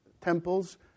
temples